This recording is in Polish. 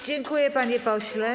Dziękuję, panie pośle.